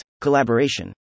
Collaboration